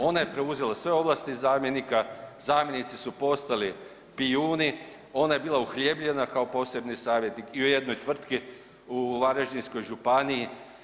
Ona je preuzela sve ovlasti zamjenika, zamjenici su postali pijuni, ona je bila uhljebljena kao posebni savjetnik i u jednoj tvrtki u Varaždinskoj županiji.